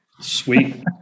Sweet